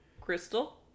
crystal